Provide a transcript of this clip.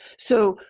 so,